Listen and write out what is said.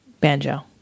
banjo